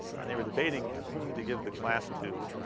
and they were debating to whom to give the class to.